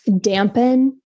dampen